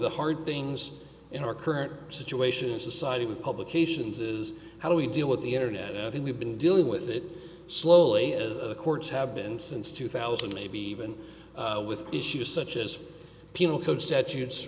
things in our current situation in society with publications is how do we deal with the internet and we've been dealing with it slowly as the courts have been since two thousand maybe even with issues such as penal code statutes